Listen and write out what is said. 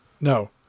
No